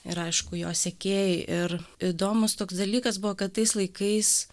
ir aišku jo sekėjai ir įdomūs toks dalykas buvo kad tais laikais